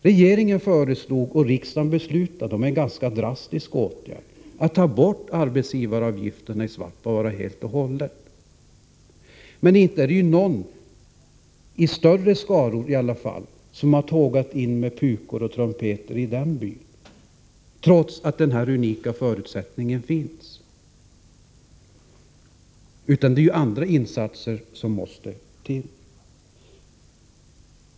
Regeringen föreslog och riksdagen beslutade om en ganska drastisk åtgärd, nämligen att helt och hållet ta bort arbetsgivaravgifterna i Svappavaara. Men inte är det någon i den byn — i varje fall inte på något mera framträdande sätt — som har prisat denna unika möjlighet med pukor och trumpeter. Det är ju andra insatser som där måste till.